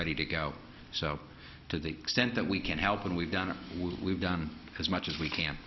ready to go so to the extent that we can help and we've done it we've done as much as we ca